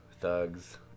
thugs